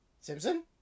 Simpson